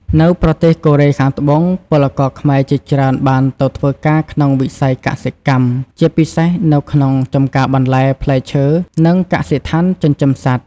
នៅប្រទេសកូរ៉េខាងត្បូងពលករខ្មែរជាច្រើនបានទៅធ្វើការក្នុងវិស័យកសិកម្ម ជាពិសេសនៅក្នុងចំការបន្លែ ផ្លែឈើ និងកសិដ្ឋានចិញ្ចឹមសត្វ ។